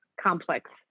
complex